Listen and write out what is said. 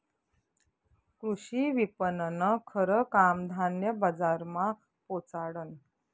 कृषी विपणननं खरं काम धान्य बजारमा पोचाडनं